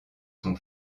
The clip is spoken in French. son